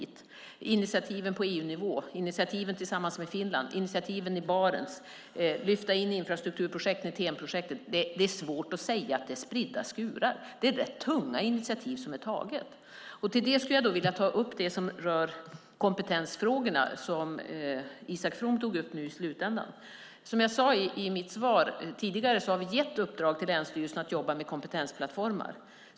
Det är initiativen på EU-nivå, initiativen tillsammans med Finland och initiativen i Barents och att lyfta in infrastrukturprojekt med TEN-projektet. Det är svårt att säga att det är spridda skurar. Det är rätt tunga initiativ som har tagits. Därtill skulle jag vilja kommentera det som rör kompetensfrågorna, som Isak From tog upp här på slutet. Som jag sade i mitt svar har vi gett i uppdrag till länsstyrelsen att jobba med kompetensplattformar.